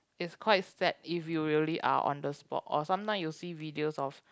is quite sad if you really are on the spot or sometime you see videos of